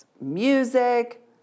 music